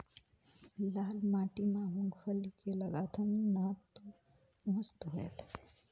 लाल माटी म मुंगफली के लगाथन न तो मस्त होयल?